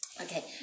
Okay